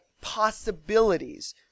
possibilities